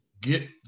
get